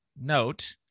note